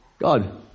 God